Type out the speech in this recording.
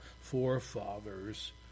forefathers